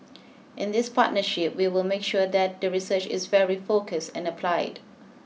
in this partnership we will make sure that the research is very focused and applied